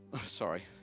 sorry